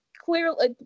clearly